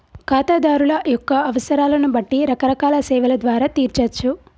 ఖాతాదారుల యొక్క అవసరాలను బట్టి రకరకాల సేవల ద్వారా తీర్చచ్చు